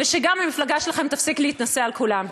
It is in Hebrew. ושגם המפלגה שלכם תפסיק להתנשא על כולם.